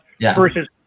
versus